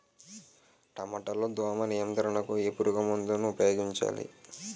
టమాటా లో దోమ నియంత్రణకు ఏ పురుగుమందును ఉపయోగించాలి?